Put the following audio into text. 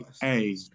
hey